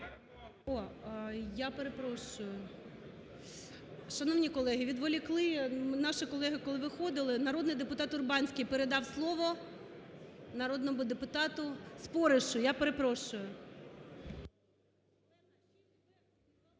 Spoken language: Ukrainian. Я перепрошую. Шановні колеги, відволікли наші колеги, коли виходили, народний депутат Урбанський передав слово народному депутату Споришу. Я перепрошую.